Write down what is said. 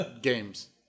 Games